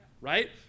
right